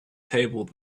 table